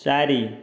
ଚାରି